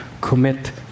commit